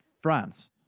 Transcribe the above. France